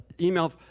email